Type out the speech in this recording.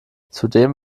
zudem